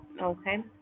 Okay